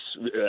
yes